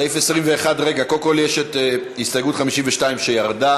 סעיף 21, רגע, קודם כול יש הסתייגות 52, שירדה.